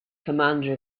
commander